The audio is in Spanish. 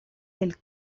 del